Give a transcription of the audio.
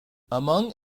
among